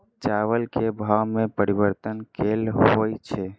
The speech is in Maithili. चावल केँ भाव मे परिवर्तन केल होइ छै?